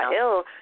ill